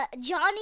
Johnny